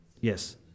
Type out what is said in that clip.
Yes